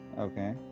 Okay